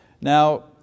Now